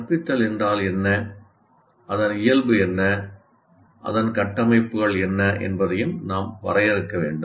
கற்பித்தல் என்றால் என்ன அதன் இயல்பு என்ன அதன் கட்டமைப்புகள் என்ன என்பதையும் நாம் வரையறுக்க வேண்டும்